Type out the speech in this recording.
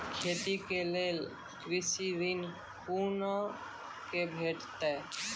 खेती के लेल कृषि ऋण कुना के भेंटते?